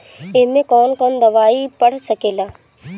ए में कौन कौन दवाई पढ़ सके ला?